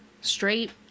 straight